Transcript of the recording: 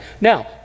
Now